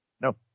No